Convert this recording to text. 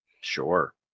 Sure